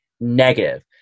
negative